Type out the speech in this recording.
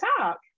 talk